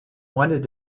wanted